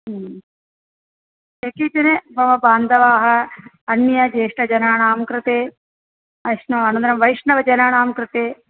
एकचरः मम बान्धवाः अन्य ज्येष्ठजनानां कृते उष्णम् अनन्तरं वैष्णवजनानां कृते